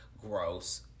gross